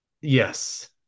Yes